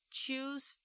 choose